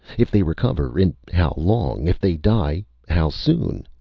if they recover, in how long? if they die, how soon?